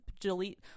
delete